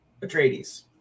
Atreides